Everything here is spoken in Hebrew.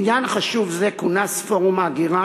בעניין חשוב זה כונס פורום הגירה,